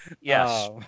Yes